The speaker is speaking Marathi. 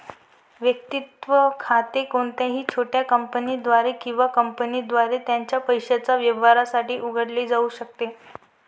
वैयक्तिक खाते कोणत्याही छोट्या कंपनीद्वारे किंवा कंपनीद्वारे त्याच्या पैशाच्या व्यवहारांसाठी उघडले जाऊ शकते